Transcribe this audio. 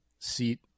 seat